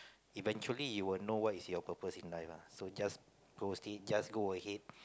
eventually you will know what is your purpose in life lah so just just go ahead